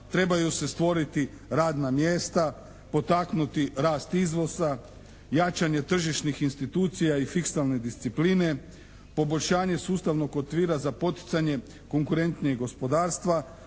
Trebaju se stvoriti radna mjesta, potaknuti rast izvoza, jačanje tržišnih institucija i fiksalne discipline, poboljšanje sustavnog okvira za poticanje konkurentnijeg gospodarstva